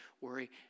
worry